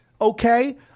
okay